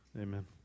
Amen